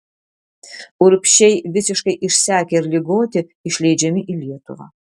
urbšiai visiškai išsekę ir ligoti išleidžiami į lietuvą